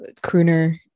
crooner